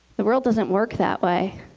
the world doesn't work that way.